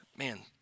Man